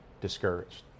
discouraged